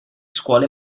scuole